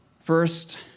First